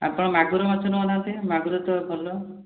ଆପଣ ମାଗୁର ମାଛ ନଉ ନାହାନ୍ତି ମାଗୁର ତ ଭଲ